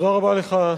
תודה רבה לך,